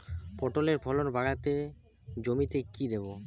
পটলের ফলন কাড়াতে জমিতে কি দেবো?